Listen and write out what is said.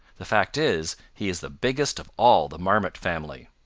the fact is, he is the biggest of all the marmot family.